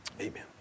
Amen